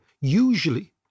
Usually